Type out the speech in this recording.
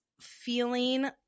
feeling –